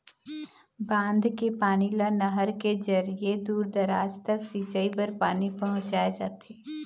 बांध के पानी ल नहर के जरिए दूर दूराज तक सिंचई बर पानी पहुंचाए जाथे